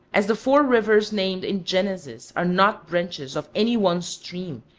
as the four rivers named in genesis are not branches of any one stream,